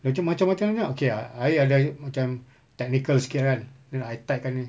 macam macam ni ah I ada I macam technical sikit kan then I tight kan ini